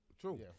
True